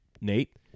Nate